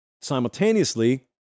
simultaneously